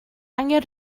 angen